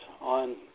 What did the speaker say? on